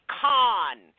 con